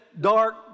dark